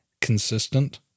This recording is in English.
consistent